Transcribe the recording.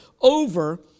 over